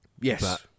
Yes